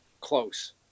close